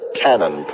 cannon